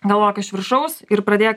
galvok iš viršaus ir pradėk